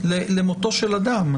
למותו של אדם.